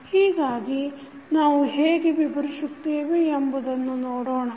ಹೀಗಾಗಿ ನಾವು ಹೇಗೆ ವಿವರಿಸುತ್ತೇವೆ ಎಂಬುದನ್ನು ನೋಡೋಣ